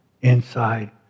inside